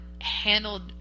handled